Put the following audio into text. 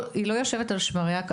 היא לא יושבת על שמריה.